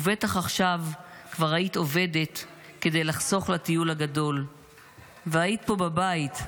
ובטח עכשיו כבר היית עובדת כדי לחסוך לטיול הגדול --- והיית פה בבית.